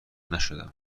نشدم